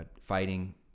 fighting